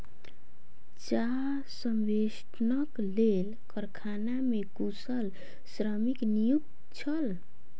चाह संवेष्टनक लेल कारखाना मे कुशल श्रमिक नियुक्त छल